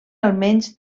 almenys